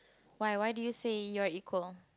why why do you say you're equal